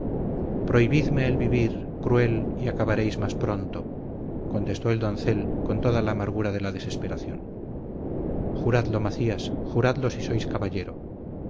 prohibidme el vivir cruel y acabaréis más pronto contestó el doncel con toda la amargura de la desesperación juradlo macías juradlo si sois caballero